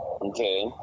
Okay